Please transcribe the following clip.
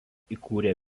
įkūrė